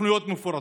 תוכניות מפורטות.